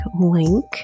link